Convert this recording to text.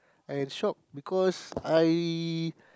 I shock because I